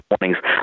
warnings